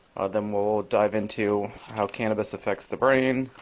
then we'll dive into how cannabis affects the brain,